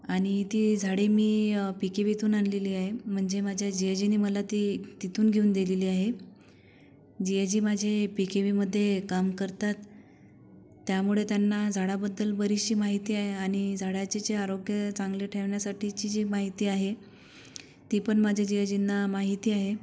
आणि ती झाडे मी पी के वीतून आणलेली आहे म्हणजे माझ्या जीजाजी मला ती तिथून घेऊन दिलेली आहे जिजाजी माझे पी के वीमध्ये काम करतात त्यामुळे त्यांना झाडाबद्दल बरीचशी माहिती आहे आणि झाडाचे जे आरोग्य चांगले ठेवण्यासाठीची जी माहिती आहे ती पण माझ्या जिजाजींना माहिती आहे